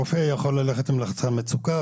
רופא יכול ללכת עם לחצן מצוקה,